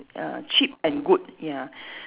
ya cheap and good ya